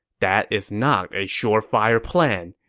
that is not a surefire plan.